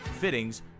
fittings